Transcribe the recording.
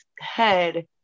head